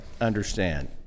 Understand